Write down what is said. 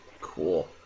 cool